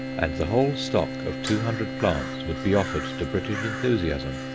and the whole stock of two hundred plants would be offered to british enthusiasm.